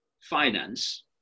finance